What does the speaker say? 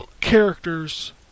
characters